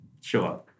Sure